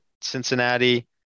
Cincinnati